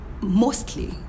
Mostly